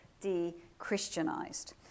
de-Christianized